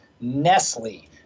Nestle